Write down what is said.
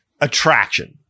attraction